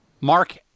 Mark